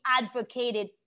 advocated